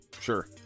Sure